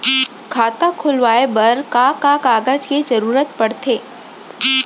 खाता खोलवाये बर का का कागज के जरूरत पड़थे?